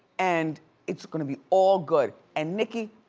and it's gonna be all good. and nicki,